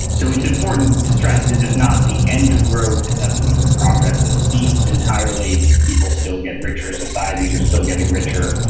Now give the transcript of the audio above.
so it's important to stress this is not the end of growth, it doesn't mean that progress has ceased entirely. people still get richer, societies are still getting richer.